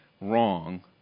wrong